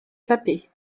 taper